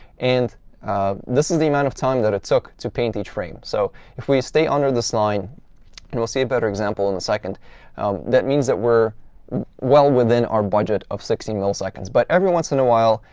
and this is the amount of time that it took to paint each frame. so if we stay under this line and we'll see a better example in a second that means that we're well within our budget of sixteen milliseconds. but every once in awhile,